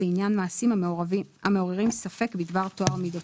לעניין מעשים המעוררים ספק בדבר טוהר מידותיו.